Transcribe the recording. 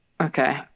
Okay